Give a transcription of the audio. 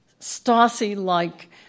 Stasi-like